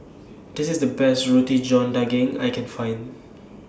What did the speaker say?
This IS The Best Roti John Daging I Can fint